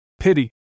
Pity